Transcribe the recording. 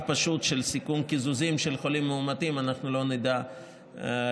פשוט של סיכום קיזוזים של חולים מאומתים אנחנו לא נדע לכבד.